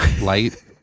light